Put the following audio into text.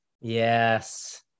Yes